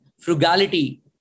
frugality